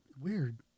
weird